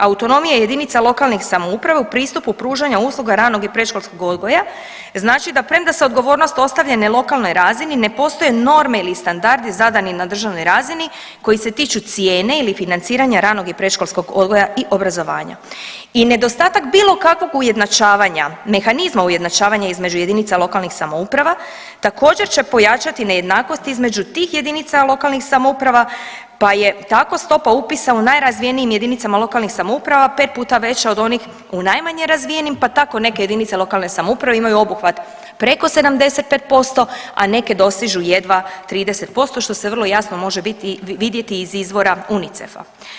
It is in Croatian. Autonomija JLS u pristupu pružanja usluga ranog i predškolskog odgoja znači da premda se odgovornost ostavlja na lokalnoj razini ne postoje norme ili standardi zadani na državnoj razini koji se tiču cijene ili financiranja ranog i predškolskog odgoja i obrazovanja i nedostatak bilo kakvog ujednačavanja, mehanizma ujednačavanja između jedinica lokalnih samouprava, također će pojačati nejednakost između tih jedinica lokalnih samouprava pa je tako stopa upisa u najrazvijenijim jedinicama lokalnih samouprava 5 puta veća od onih u najmanje razvijenim pa tako neke jedinice lokalne samouprave imaju obuhvat preko 75%, a neke dostižu jedva 30%, što se vrlo jasno može vidjeti iz izvora UNICEF-a.